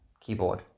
Keyboard